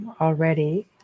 already